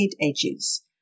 edges